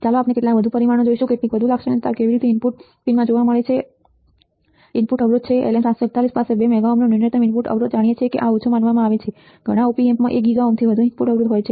ચાલો આપણે કેટલાક વધુ પરિમાણો જોઈએ કેટલીક વધુ લાક્ષણિકતાઓ કેવી રીતે ઇનપુટ પિનમાં જોવામાં ઇનપુટ અવરોધ છે તે ઇનપુટ અવરોધ છે LM741 પાસે 2 મેગા ઓહ્મનો ન્યૂનતમ ઇનપુટ અવરોધ છે જાણીએ કે આ ઓછું માનવામાં આવે છે ઘણા op ampમાં 1 ગીગા ઓહ્મથી વધુ ઇનપુટ અવરોધ હોય છે